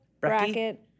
bracket